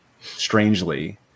strangely